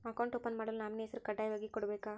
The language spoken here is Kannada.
ಅಕೌಂಟ್ ಓಪನ್ ಮಾಡಲು ನಾಮಿನಿ ಹೆಸರು ಕಡ್ಡಾಯವಾಗಿ ಕೊಡಬೇಕಾ?